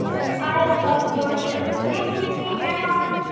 and i love your show. thanks, mindy and guy raz